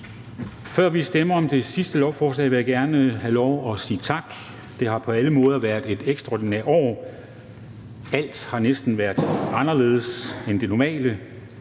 Før vi stemmer om det sidste lovforslag, vil jeg gerne have lov at sige tak. Det har på alle måder været et ekstraordinært år. Alt har næsten været anderledes end det normale,